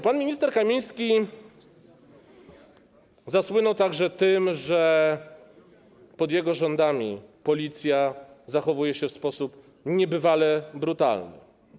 Pan minister Kamiński zasłynął także tym, że pod jego rządami policja zachowuje się w sposób niebywale brutalny.